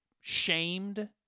shamed